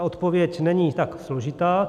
Odpověď není tak složitá.